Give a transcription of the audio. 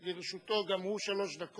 וגם לרשותו שלוש דקות.